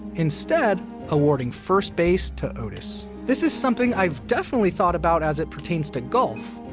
instead awarding first base to otis. this is something i've definitely thought about as it pertains to golf.